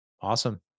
Awesome